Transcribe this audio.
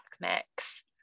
mix